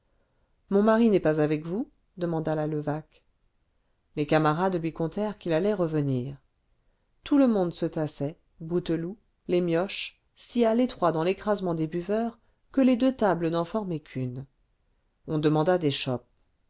mon mari n'est pas avec vous demanda la levaque les camarades lui contèrent qu'il allait revenir tout le monde se tassait bouteloup les mioches si à l'étroit dans l'écrasement des buveurs que les deux tables n'en formaient qu'une on demanda des chopes